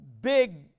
big